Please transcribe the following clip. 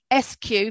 SQ